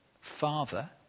father